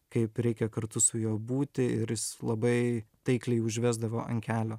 kaip reikia kartu su juo būti ir jis labai taikliai užvesdavo an kelio